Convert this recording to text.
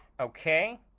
okay